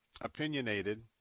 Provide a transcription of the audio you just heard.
opinionated